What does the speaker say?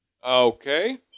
Okay